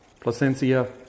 Placencia